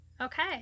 Okay